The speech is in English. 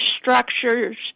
structures